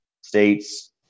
states